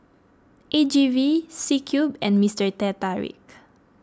A G V C Cube and Mister Teh Tarik